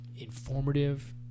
informative